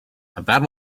about